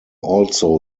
also